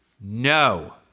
No